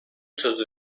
sözü